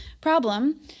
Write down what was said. problem